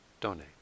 donate